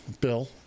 Bill